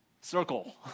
circle